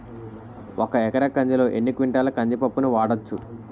ఒక ఎకర కందిలో ఎన్ని క్వింటాల కంది పప్పును వాడచ్చు?